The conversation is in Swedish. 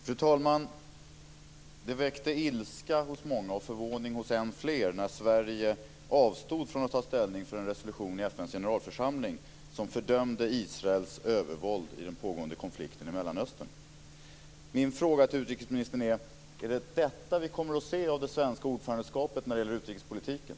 Fru talman! Det väckte ilska hos många och förvåning hos än fler när Sverige avstod från att ta ställning för en resolution i FN:s generalförsamling som fördömde Israels övervåld i den pågående konflikten i Min fråga till utrikesministern är: Är det detta vi kommer att se av det svenska ordförandeskapet när det gäller utrikespolitiken?